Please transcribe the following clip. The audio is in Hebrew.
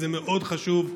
וזה מאוד חשוב.